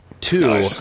Two